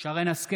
שרן מרים השכל,